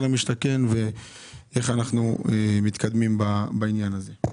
למשתכן ואיך אנחנו מתקדמים בעניין הזה.